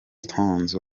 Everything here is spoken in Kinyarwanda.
stones